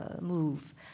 move